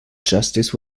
justice